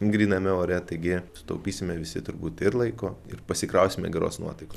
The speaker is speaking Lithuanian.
gryname ore taigi sutaupysime visi turbūt ir laiko ir pasikrausime geros nuotaikos